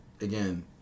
again